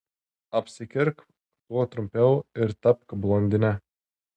apsikirpk kuo trumpiau ir tapk blondine